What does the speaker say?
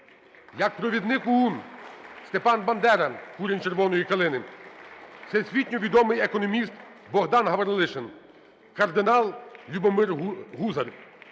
як провідник ОУН Степан Бандера, курінь "Червоної калини", всесвітньовідомий економіст Богдан Гаврилишин, кардинал Любомир Гузар.